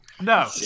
No